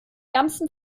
ganzen